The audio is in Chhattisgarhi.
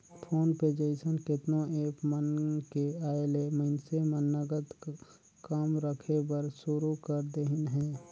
फोन पे जइसन केतनो ऐप मन के आयले मइनसे मन नगद कम रखे बर सुरू कर देहिन हे